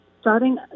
starting